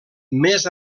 més